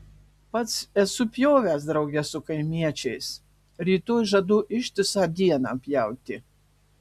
pats esu pjovęs drauge su kaimiečiais rytoj žadu ištisą dieną pjauti